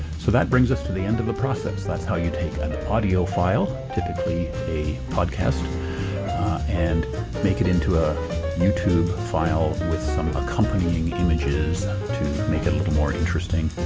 so that brings us to the end of the process. that's how you take an audio file typically a podcast and make it into a youtube file with some accompanying images to make it a little more interesting,